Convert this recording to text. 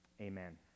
Amen